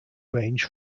range